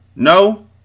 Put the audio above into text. No